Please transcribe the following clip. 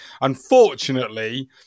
Unfortunately